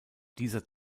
dieser